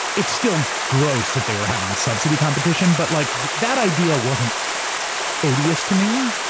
it's still gross that they were having this subsidy competition. but like that idea wasn't odious to me,